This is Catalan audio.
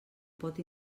pot